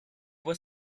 was